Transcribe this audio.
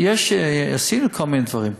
עשינו כל מיני דברים.